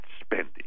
spending